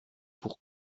pour